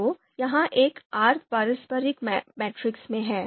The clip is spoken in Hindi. तो यह एक अर्थ पारस्परिक मैट्रिक्स में है